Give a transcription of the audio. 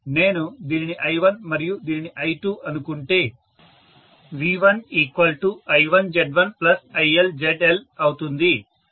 నేను దీనిని I1 మరియు దీనిని I2 అనుకుంటేV1I1Z1ILZL అవుతుంది